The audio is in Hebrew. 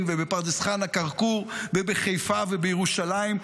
ובפרדס חנה-כרכור ובחיפה ובירושלים,